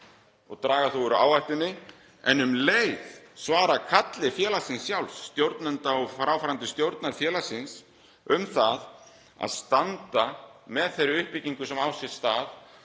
og draga þá úr áhættunni en um leið svara kalli félagsins sjálfs, stjórnenda og fráfarandi stjórnar félagsins um það að standa með þeirri uppbyggingu sem á sér stað